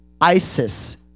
Isis